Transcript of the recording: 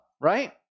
right